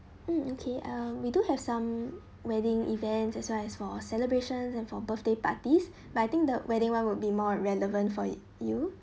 okay uh we do have some wedding events as well as for celebrations and for birthday parties but I think the wedding one would be more relevant for you